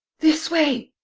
this way!